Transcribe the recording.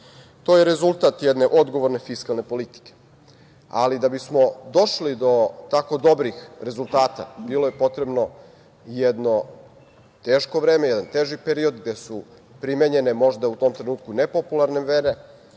To je rezultat jedne odgovorne fiskalne politike. Ali, da bismo došli do tako dobrih rezultata, bilo je potrebno jedno teško vreme, jedan teži period, gde su primenjene možda u tom trenutku nepopularne mere